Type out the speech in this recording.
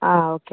okay